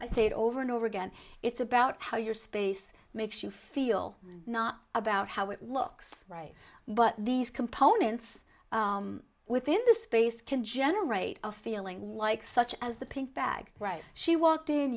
it over and over again it's about how your space makes you feel not about how it looks right but these components within the space can generate a feeling like such as the pink bag right she walked in